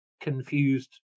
confused